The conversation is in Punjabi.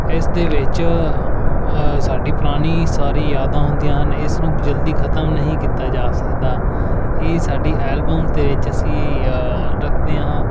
ਇਸ ਦੇ ਵਿੱਚ ਸਾਡੀ ਪੁਰਾਣੀ ਸਾਰੀ ਯਾਦਾਂ ਹੁੰਦੀਆਂ ਹਨ ਇਸ ਨੂੰ ਜਲਦੀ ਖਤਮ ਨਹੀਂ ਕੀਤਾ ਜਾ ਸਕਦਾ ਇਹ ਸਾਡੀ ਐਲਬਮ ਦੇ ਵਿੱਚ ਅਸੀਂ ਰੱਖਦੇ ਹਾਂ